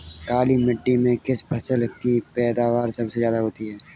काली मिट्टी में किस फसल की पैदावार सबसे ज्यादा होगी?